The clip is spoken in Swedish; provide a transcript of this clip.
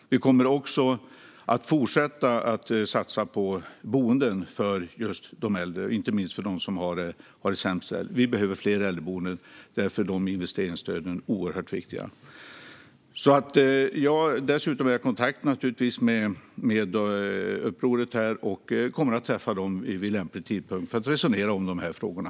Vi kommer också att fortsätta satsa på boenden för just de äldre, inte minst för dem som har det sämst ställt. Vi behöver fler äldreboenden. Därför är de investeringsstöden oerhört viktiga. Jag har dessutom kontakt med uppropet och kommer att träffa dem vid lämplig tidpunkt för att resonera om de här frågorna.